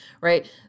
right